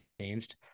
changed